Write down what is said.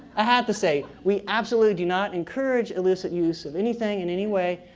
i have to say, we absolutely do not encourage illicit use of anything in any way,